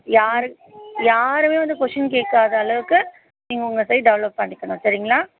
யார் யாருமே வந்து கொஷின் கேட்காத அளவுக்கு நீங்கள் உங்கள் சைட் டெவெலப் பண்ணிக்கணும் சரிங்களா